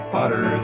Potter